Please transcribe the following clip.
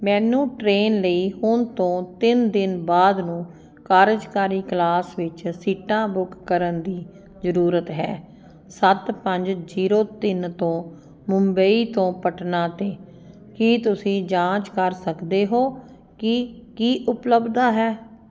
ਮੈਨੂੰ ਟ੍ਰੇਨ ਲਈ ਹੁਣ ਤੋਂ ਤਿੰਨ ਦਿਨ ਬਾਅਦ ਨੂੰ ਕਾਰਜਕਾਰੀ ਕਲਾਸ ਵਿੱਚ ਸੀਟਾਂ ਬੁੱਕ ਕਰਨ ਦੀ ਜ਼ਰੂਰਤ ਹੈ ਸੱਤ ਪੰਜ ਜੀਰੋ ਤਿੰਨ ਤੋਂ ਮੁੰਬਈ ਤੋਂ ਪਟਨਾ 'ਤੇ ਕੀ ਤੁਸੀਂ ਜਾਂਚ ਕਰ ਸਕਦੇ ਹੋ ਕਿ ਕੀ ਉਪਲੱਬਧਤਾ ਹੈ